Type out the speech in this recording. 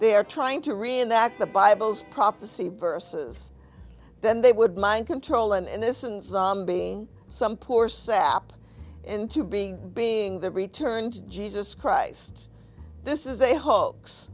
they're trying to reenact the bible's prophecy versus then they would mind control an innocent zombie some poor sap into being being the return to jesus christ this is a hoax